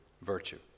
virtue